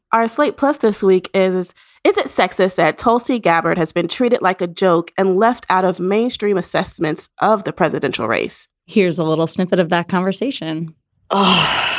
our slate plus this week is isn't sexist that tulsi gabbard has been treated like a joke and left out of mainstream assessments of the presidential race. here's a little snippet of that conversation oh,